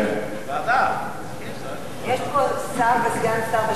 יש פה שר וסגן שר,